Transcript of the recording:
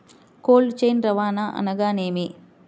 Cold chain రవాణా అనగా నేమి?